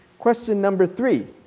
question number three,